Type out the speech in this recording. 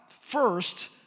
first